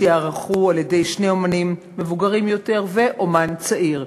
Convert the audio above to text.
שייערכו על-ידי שני אמנים מבוגרים יותר ואמן צעיר,